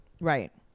Right